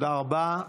תודה רבה.